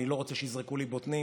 אני לא רוצה שיזרקו לי בוטנים,